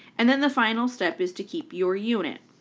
and then the final step is to keep your unit.